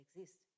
exist